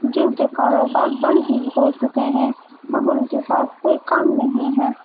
جن کے کاروبار بند ہو چکے ہیں اب ان کے پاس کوئی کام نہیں ہے